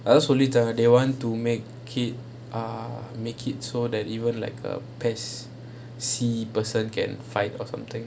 அது சொல்லி தருவாங்க:athu solli tharuvaanga they want to make it err make it so that even like a P_E_S_C person can fight or something